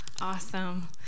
Awesome